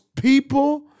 people